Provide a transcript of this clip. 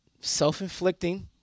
self-inflicting